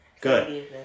Good